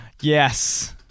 Yes